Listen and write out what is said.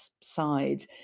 side